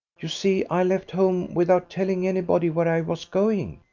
you see, i left home without telling anybody where i was going.